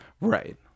right